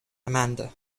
amanda